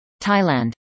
Thailand